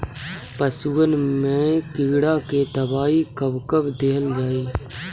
पशुअन मैं कीड़ा के दवाई कब कब दिहल जाई?